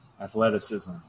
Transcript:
athleticism